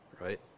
right